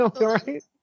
right